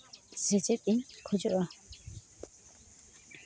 ᱥᱮᱪᱮᱫ ᱤᱧ ᱠᱷᱚᱡᱚᱜᱼᱟ